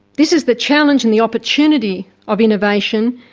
this is the challenge and the opportunity of innovation,